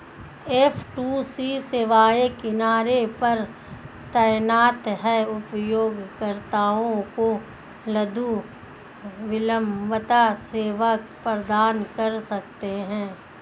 F two C सेवाएं किनारे पर तैनात हैं, उपयोगकर्ताओं को लघु विलंबता सेवा प्रदान कर सकते हैं